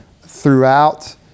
throughout